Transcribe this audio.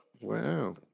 Wow